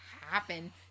happen